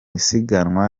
isiganwa